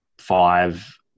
five